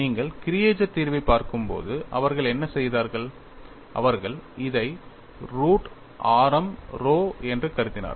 நீங்கள் கிரியேஜர் தீர்வைப் பார்க்கும்போது அவர்கள் என்ன செய்தார்கள் அவர்கள் இதை ரூட் ஆரம் rho என்று கருதினார்கள்